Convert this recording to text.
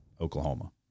Oklahoma